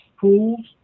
pools